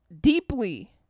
deeply